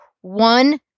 one